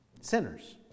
Sinners